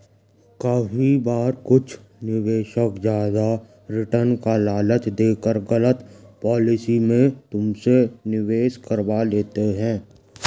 काफी बार कुछ निवेशक ज्यादा रिटर्न का लालच देकर गलत पॉलिसी में तुमसे निवेश करवा लेते हैं